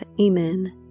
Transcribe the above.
Amen